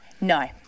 No